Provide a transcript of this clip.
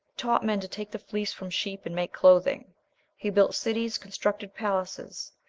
taught men to take the fleece from sheep and make clothing he built cities, constructed palaces,